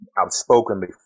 outspokenly